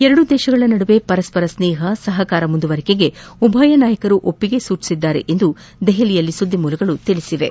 ಎರಡೂ ದೇಶಗಳ ನಡುವೆ ಪರಸ್ವರ ಸ್ನೇಪ ಸಹಕಾರ ಮುಂದುವರಿಕೆಗೆ ಉಭಯ ನಾಯಕರು ಒಪ್ಪಿಗೆ ಸೂಚಿಸಿದ್ದಾರೆ ಎಂದು ದೆಹಲಿಯಲ್ಲಿ ಮೂಲಗಳು ತಿಳಿಸಿವೆ